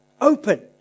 open